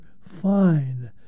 fine